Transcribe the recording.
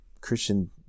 Christian